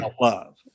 love